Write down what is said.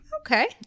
Okay